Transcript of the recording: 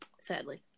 sadly